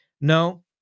no